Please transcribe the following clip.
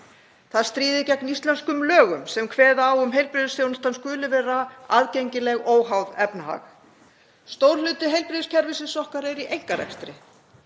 Það stríðir gegn íslenskum lögum sem kveða á um að heilbrigðisþjónusta skuli vera aðgengileg óháð efnahag. Stór hluti heilbrigðiskerfisins okkar er í einkarekstri